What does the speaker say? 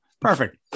Perfect